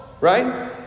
right